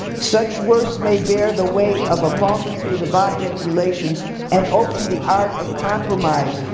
such words may bare the weight of a multitude of object relations and open the art of compromise.